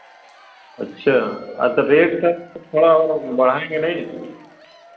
अच्छा आ तो रेट क्या थोड़ा और बढ़ाएँगे नहीं